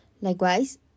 Likewise